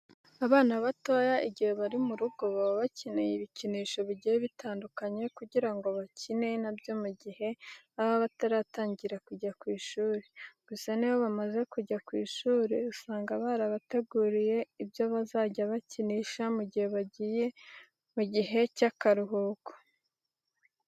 Abana batoya igihe bari mu rugo baba bakeneye ibikinisho bigiye bitandukanye kugira ngo bakine na byo mu gihe baba bataratangira kujya ku ishuri. Gusa n'iyo bamaze kujya ku ishuri usanga barabateguriye ibyo bazajya bakinisha mu gihe bagiye mu gihe cy'akaruhuko.